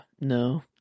no